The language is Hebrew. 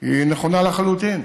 היא נכונה לחלוטין,